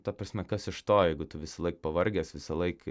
ta prasme kas iš to jeigu tu visąlaik pavargęs visąlaik